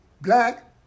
Black